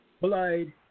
blood